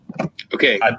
Okay